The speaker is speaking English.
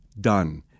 done